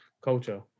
culture